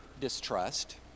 distrust